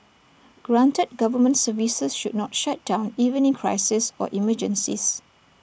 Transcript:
granted government services should not shut down even in crises or emergencies